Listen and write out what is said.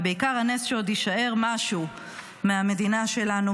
ובעיקר הנס שעוד יישאר משהו מהמדינה שלנו,